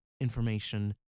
information